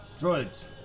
Droids